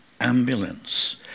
ambulance